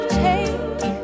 take